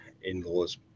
in-laws